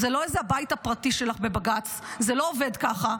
זה לא הבית הפרטי שלך בבג"ץ, זה לא עובד ככה.